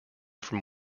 from